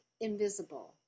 invisible